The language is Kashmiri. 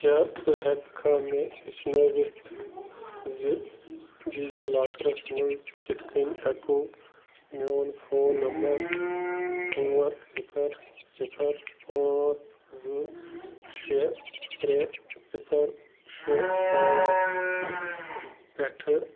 کیٛاہ ژٕ ہٮ۪کٕکھا مےٚ ہیٚچھنٲوِتھ زِ ڈی جی لاکرَس منٛز کِتھٕ کٔنۍ ہٮ۪کَو میٛون فون نمبَر ژور صِفَر صِفَر پانٛژھ زٕ شےٚ ترٛےٚ صِفَر شےٚ پانٛژھ پٮ۪ٹھٕ